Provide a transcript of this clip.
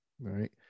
right